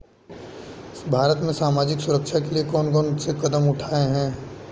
भारत में सामाजिक सुरक्षा के लिए कौन कौन से कदम उठाये हैं?